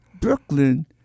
Brooklyn